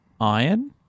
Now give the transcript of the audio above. iron